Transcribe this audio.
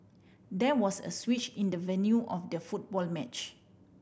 there was a switch in the venue of the football match